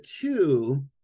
two